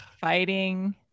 fighting